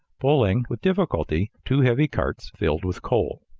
pulling, with difficulty, two heavy carts filled with coal.